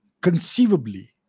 conceivably